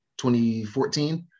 2014